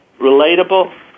relatable